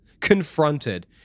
confronted